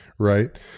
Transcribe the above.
Right